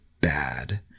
bad